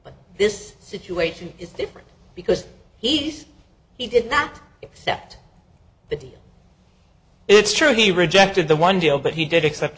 but this situation is different because he says he did not accept that the it's true he rejected the one deal but he did accept